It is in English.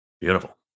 Beautiful